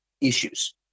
issues